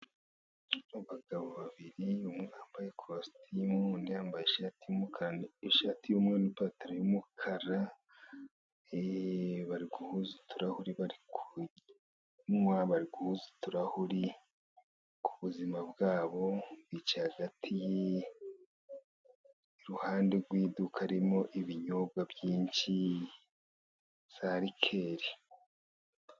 Mu bagabo babiri umwe yambaye ikositimu undi yambaye ishati y' umweru n'ipantaro y'umukara bari guhuza uturahuri, bari kunywa bari guhuza uturahuri ku buzima bwabo bicaye hagati y'iruhande rw'iduka ririmo ibinyobwa byinshi za rikeri...